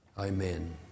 amen